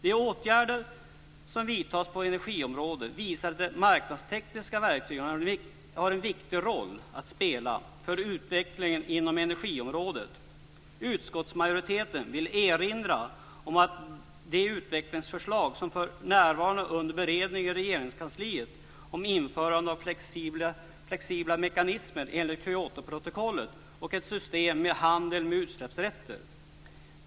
De åtgärder som vidtas på energiområdet visar att de marknadstekniska verktygen har en viktig roll att spela för utvecklingen inom energiområdet. Utskottsmajoriteten vill erinra om de utvecklingsförslag som för närvarande är under beredning i Regeringskansliet om införandet av flexibla mekanismer enligt Kyotoprotokollet och ett system med handel med utsläppsrätter.